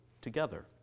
together